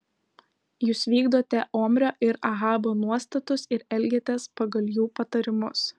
jūs vykdote omrio ir ahabo nuostatus ir elgiatės pagal jų patarimus